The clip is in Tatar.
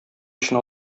өчен